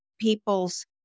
people's